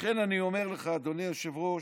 לכן אני אומר לך, אדוני היושב-ראש,